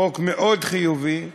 חוק מאוד חיובי,